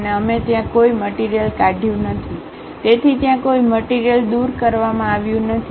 અને અમે ત્યાં કોઈ મટીરીયલ કાઢ્યું નથી તેથી ત્યાં કોઈ મટીરીયલ દૂર કરવામાં આવ્યું નથી